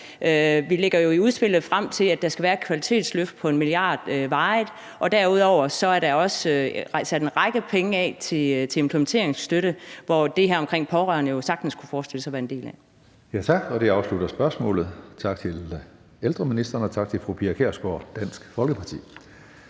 Vi lægger jo i udspillet op til, at der skal være et kvalitetsløft på 1 mia. kr. varigt, og derudover er der også sat en del penge af til implementeringsstøtte, som man jo sagtens kunne forestille sig at det her om